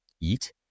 eat